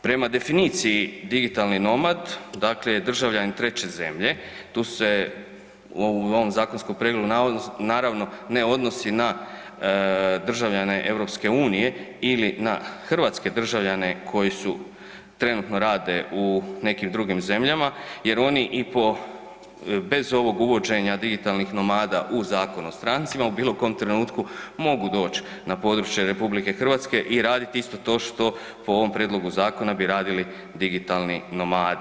Prema definiciji digitalni nomad, dakle je državljanin treće zemlje, tu se u ovom novom zakonskom prijedlogu naravno ne odnosi na državljane EU ili na hrvatske državljane koji su, trenutno rade u nekim drugim zemljama jer oni i po, bez ovog uvođenja digitalnih nomada u Zakon o strancima u bilo kojem trenutku mogu doć na područje RH i radit isto to što po ovom prijedlogu zakona bi radili digitalni nomadi.